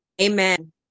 Amen